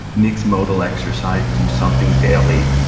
mixed modal exercise. do something daily,